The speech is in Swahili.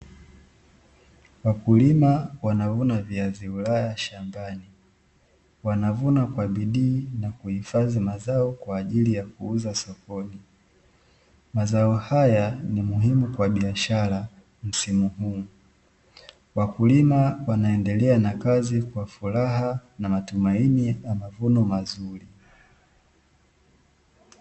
Wakulima wanavuna viazi ulaya shambani, wanavuna kwa bidii na kuhifadhi mazao kwa ajili ya kuuza sokoni. Mazao haya ni muhimu kwa biashara msimu huu. Wakulima wanaendelea na kazi kwa furaha na matumaini ya mavuno mazuri.